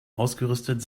ausgerüstet